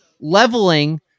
leveling